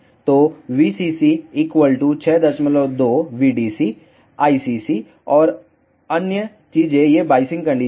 तो VCC 62 Vdc ICC और अन्य चीजें ये बाइसिंग कंडीशन हैं